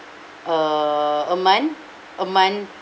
err a month a month